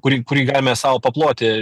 kurį kurį galime sau paploti